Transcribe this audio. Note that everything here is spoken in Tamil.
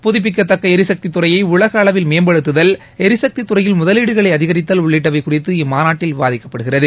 புதுப்பிக்க தக்க எரிசக்தி துறையை உலக அளவில் மேம்படுத்துதல் ளிசக்தி துறையில் முதலீடுகளை அதிகரித்தல் உள்ளிட்டவை குறித்து இம்மாநாட்டில் விவாதிக்கப்படுகிறது